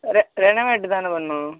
ரெ ரெனவேட்டுதானே பண்ணணும்